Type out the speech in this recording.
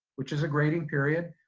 which is a grading period,